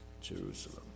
Jerusalem